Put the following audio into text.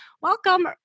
Welcome